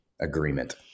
agreement